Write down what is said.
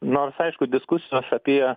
nors aišku diskusijos apie